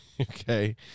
Okay